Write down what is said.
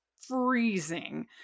freezing